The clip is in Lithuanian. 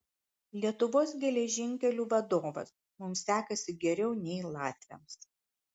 lietuvos geležinkelių vadovas mums sekasi geriau nei latviams